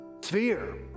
sphere